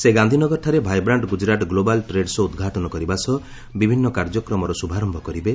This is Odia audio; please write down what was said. ସେ ଗାନ୍ଧିନଗରଠାରେ vibrant Gujarat global trade show ଉଦ୍ଘାଟନ କରିବା ସହ ବିଭିନ୍ନ କାର୍ଯ୍ୟକ୍ରମର ଶୁଭାରମ୍ଭ କରିବେ